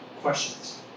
questions